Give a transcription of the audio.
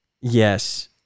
Yes